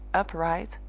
upright,